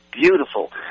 beautiful